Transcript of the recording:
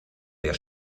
der